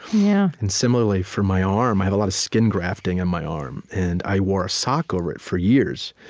yeah and, similarly, for my arm, i have a lot of skin grafting on and my arm. and i wore a sock over it for years.